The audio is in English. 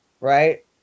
right